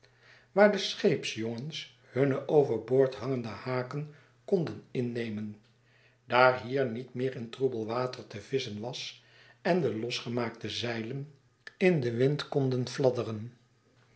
waar de scheepsjongens hunne over boord hangende haken konden innemen daar hier niet meer in troebel water te visschen was en de losgemaakte zeilen in den wind konden fladderen